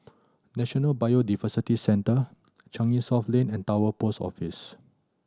National Biodiversity Centre Changi South Lane and Towner Post Office